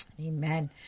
Amen